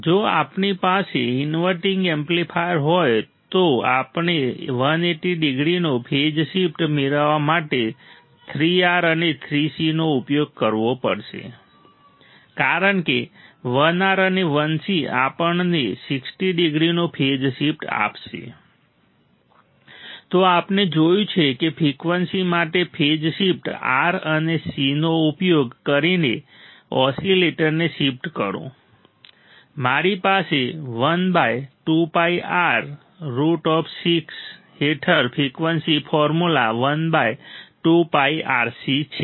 જો આપણી પાસે ઇન્વર્ટીંગ એમ્પ્લીફાયર હોય તો આપણે 180 ડીગ્રીનો ફેઝ શિફ્ટ મેળવવા માટે 3 R અને 3 C નો ઉપયોગ કરવો પડશે કારણ કે 1 R અને 1 C આપણને 60 ડીગ્રીનો ફેઝ શિફ્ટ આપશે તો આપણે જોયું છે કે ફ્રિકવન્સી માટે ફેઝ શિફ્ટ R અને C નો ઉપયોગ કરીને ઓસિલેટરને શિફ્ટ કરો અમારી પાસે 12πR√6 હેઠળ ફ્રિકવન્સી ફોર્મ્યુલા 12πRC છે